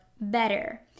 better